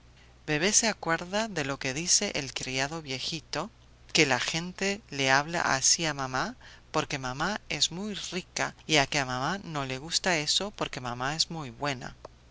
bebé se acuerda de lo que dice el criado viejito que la gente le habla así a mamá porque mamá es muy rica y que a mamá no le gusta eso porque mamá es buena